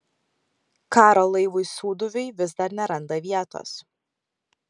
karo laivui sūduviui vis dar neranda vietos